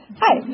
hi